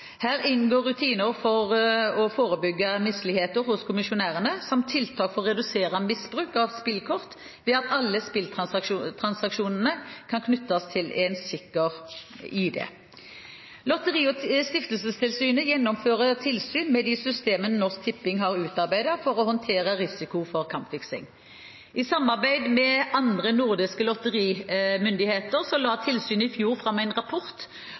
Her inngår rutiner for å forebygge misligheter hos kommisjonærene samt tiltak for å redusere misbruk av spillerkort ved at alle spilltransaksjonene kan knyttes til en sikker ID. Lotteri- og stiftelsestilsynet gjennomfører tilsyn med de systemene Norsk Tipping har utarbeidet for å håndtere risiko for kampfiksing. I samarbeid med andre nordiske lotterimyndigheter la tilsynet i fjor fram en rapport